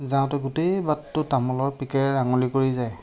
যাওঁতে গোটেই বাটটো তামোলৰ পিকেৰে ৰাঙলী কৰি যায়